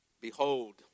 Behold